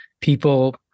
people